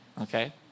Okay